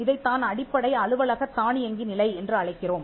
இதைத்தான் அடிப்படை அலுவலகத் தானியங்கி நிலை என்று அழைக்கிறோம்